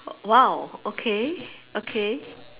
!wow! okay okay